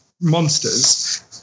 monsters